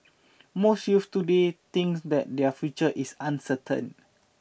most youths today thinks that their future is uncertain